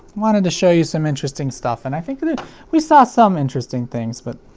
wanted to show you some interesting stuff, and i think that we saw some interesting things but